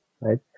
right